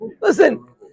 Listen